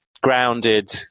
grounded